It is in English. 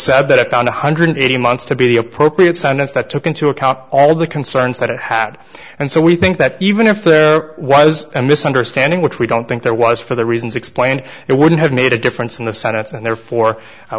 said that down one hundred eighteen months to be the appropriate sentence that took into account all the concerns that it had and so we think that even if there was a misunderstanding which we don't think there was for the reasons explained it wouldn't have made a difference in the sentence and therefore i